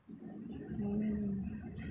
hmm